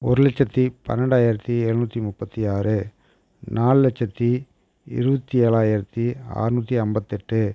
ஒரு லட்சத்தி பன்னெண்டாயிரத்தி எழுநூற்றி முப்பத்தி ஆறு நாலு லட்சத்தி இருபத்தி ஏழாயிரத்தி ஆறுநூத்தி ஐம்பத்தெட்டு